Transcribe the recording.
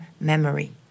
memory